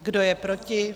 Kdo je proti?